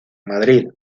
madrid